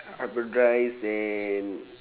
hybridised then